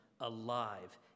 alive